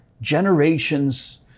generations